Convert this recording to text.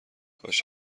کاش